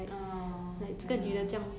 ah ya lah